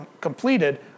completed